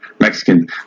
Mexican